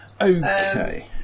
Okay